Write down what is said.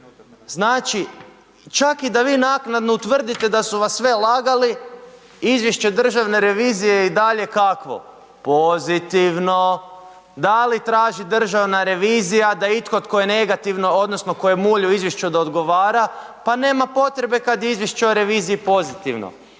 Znači, čak i da vi naknadno utvrdite da su vas sve lagali, izvješće Državne revizije je i dalje, kakvo, pozitivno, da li traži Državna revizija da itko tko je negativno odnosno tko je muljo u izvješću da odgovara, pa nema potrebe kad je izvješće o reviziji pozitivno.